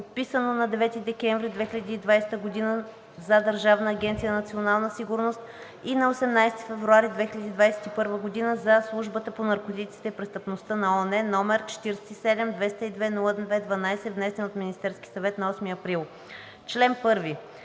подписано на 9 декември 2020 г. за Държавна агенция „Национална сигурност“ и на 18 февруари 2021 г. за Службата по наркотиците и престъпността на ООН, № 47-202-02-12, внесен от Министерския съвет на 8 април 2022 г.